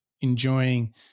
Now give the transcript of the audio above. enjoying